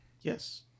Yes